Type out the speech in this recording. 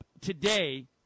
Today